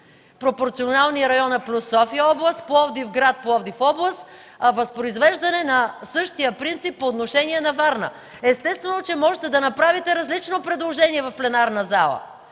пропорционални района плюс София-област; Пловдив-град – Пловдив-област, възпроизвеждане на същия принцип по отношение на Варна. Естествено, че можете да направите различно предложение в пленарната зала.